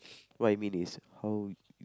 what I mean is how